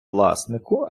власнику